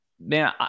man